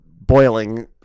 boiling